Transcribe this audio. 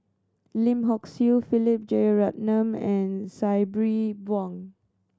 Lim Hock Siew Philip Jeyaretnam and Sabri Buang